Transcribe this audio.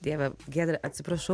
dieve giedre atsiprašau